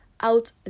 out